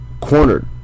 cornered